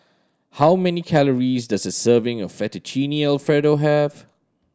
how many calories does a serving of Fettuccine Alfredo have